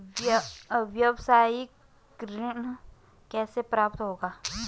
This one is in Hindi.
व्यावसायिक ऋण कैसे प्राप्त होगा?